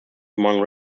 among